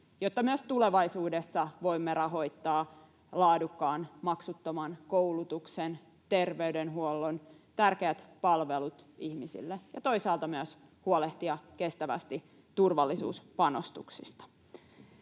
jotta myös tulevaisuudessa voimme rahoittaa laadukkaan, maksuttoman koulutuksen, terveydenhuollon ja muut tärkeät palvelut ihmisille ja toisaalta myös huolehtia kestävästi turvallisuuspanostuksista.